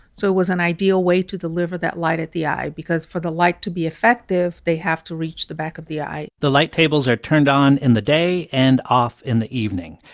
so it was an ideal way to deliver that light at the eye because for the light to be effective, they have to reach the back of the eye the light tables are turned on in the day and off in the evening.